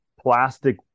plastic